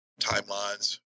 timelines